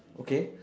okay